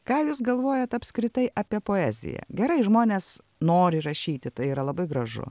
ką jūs galvojat apskritai apie poeziją gerai žmonės nori rašyti tai yra labai gražu